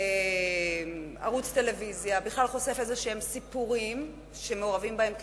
ערוץ טלוויזיה חושף סיפורים שמעורבים בהם קטינים,